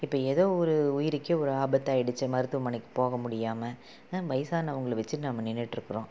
இப்போ ஏதோ ஒரு உயிருக்கே ஒரு ஆபத்தாயிடுச்சு மருத்துவமனைக்கு போக முடியாமல் ஆ வயசானவங்களை வச்சுட்டு நம்ம நின்றுட்ருக்குறோம்